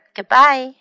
Goodbye